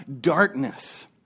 darkness